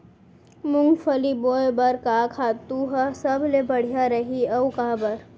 मूंगफली बोए बर का खातू ह सबले बढ़िया रही, अऊ काबर?